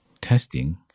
testing